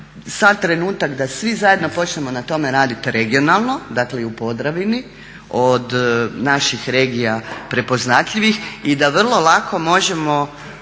sad trenutak da svi zajedno počnemo na tome raditi regionalno, dakle i u Podravini, od naših regija prepoznatljivih i da vrlo lako možemo